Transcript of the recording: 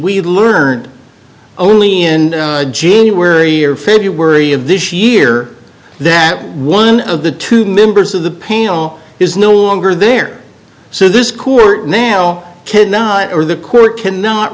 we learned only in january or february of this year that one of the two members of the pale is no longer there so this court now kid not over the court cannot